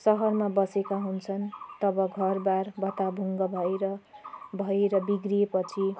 सहरमा बसेका हुन्छन् तब घरबार भताभुङ भएर भएर बिग्रिए पछि